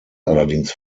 allerdings